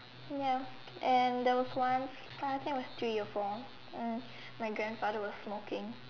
ya and there was once I think I was three years old mm my grandfather was smoking